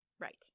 Right